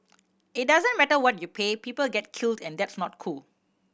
it doesn't matter what you pay people get killed and that's not cool